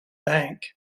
bank